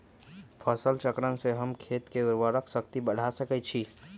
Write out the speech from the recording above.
फसल चक्रण से हम खेत के उर्वरक शक्ति बढ़ा सकैछि?